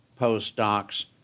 postdocs